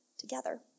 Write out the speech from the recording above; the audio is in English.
together